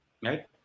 Right